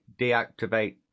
deactivate